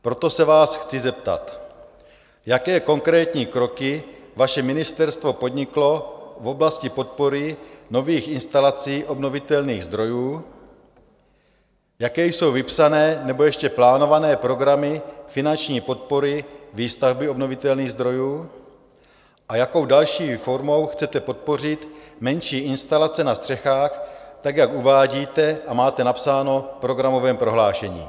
Proto se vás chci zeptat: Jaké konkrétní kroky vaše ministerstvo podniklo v oblasti podpory nových instalací obnovitelných zdrojů, jaké jsou vypsané nebo ještě plánované programy finanční podpory výstavby obnovitelných zdrojů a jakou další formou chcete podpořit menší instalace na střechách tak, jak uvádíte a máte napsáno v programovém prohlášení?